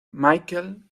michael